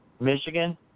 Michigan